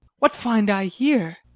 what find i here?